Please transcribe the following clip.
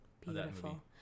Beautiful